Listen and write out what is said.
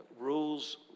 rules